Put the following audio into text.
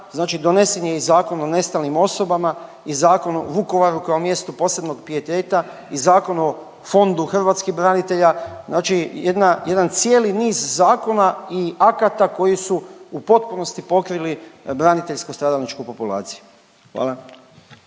donesen je i Zakon o nestalim osobama i Zakon o Vukovaru kao mjestu posebnog pijeteta i Zakon o fondu hrvatskih branitelja, znači jedna, jedan cijeli niz zakona i akata koji su u potpunosti pokrili braniteljsku stradalničku populaciju. Hvala.